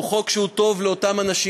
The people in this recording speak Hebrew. הוא חוק שהוא טוב לאותם אנשים,